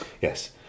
yes